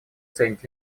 ценит